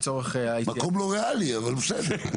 מקום לא ריאלי, אבל בסדר.